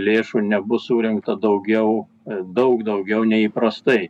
lėšų nebus surinkta daugiau daug daugiau nei įprastai